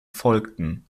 folgten